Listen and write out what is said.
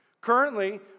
Currently